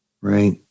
Right